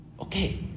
Okay